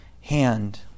hand